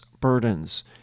burdens